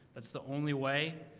that's the only way